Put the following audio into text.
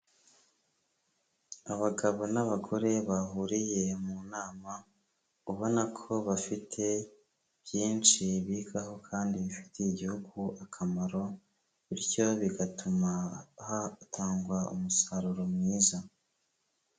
Abagabo n'abagore bahuriye mu nama ubona ko bafite byinshi bigaho kandi bifitiye igihugu akamaro, bityo bigatuma hatangwa umusaruro mwiza.